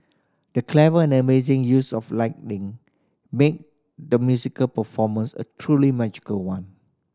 the clever and amazing use of lighting made the musical performance a truly magical one